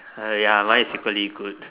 !haiya! mine is equally good